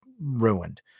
ruined